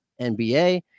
NBA